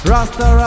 Rasta